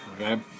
Okay